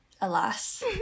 alas